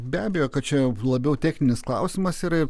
be abejo kad čia labiau techninis klausimas yra ir